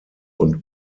und